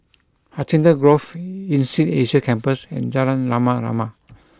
Hacienda Grove Insead Asia Campus and Jalan Rama Rama